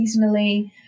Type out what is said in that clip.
seasonally